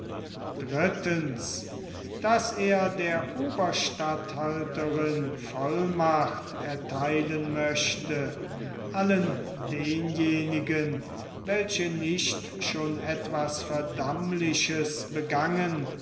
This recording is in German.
drittens daß er der oberstatthalterin vollmacht ertheilen möchte allen denjenigen welche nicht schon etwas verdammliches begangen